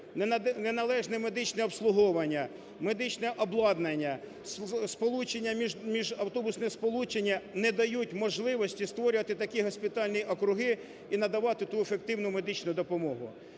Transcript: неналежне медичне обслуговування, медичне обладнання, сполучення… міжавтобусне сполучення не дають можливості створювати такі госпітальні округи і надавати ту ефективну медичну допомогу.